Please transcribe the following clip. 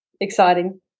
exciting